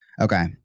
okay